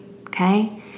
Okay